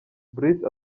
bruce